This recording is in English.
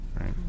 right